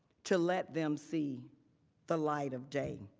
to let them see the light of day.